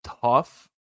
tough